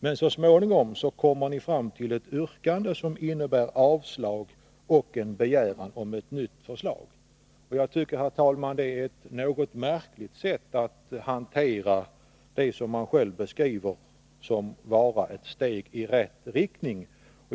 Men så småningom kommer ni fram till ett yrkande som innebär avslag och en begäran om ett nytt förslag. Jag tycker, herr talman, att det är ett något märkligt sätt att hantera det som man själv beskriver som ett steg i rätt riktning.